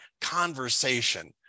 conversation